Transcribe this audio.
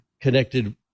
connected